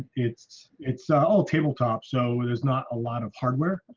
it's it's so all tabletop so there's not a lot of hardware.